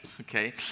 Okay